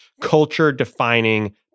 culture-defining